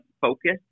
focus